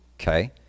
Okay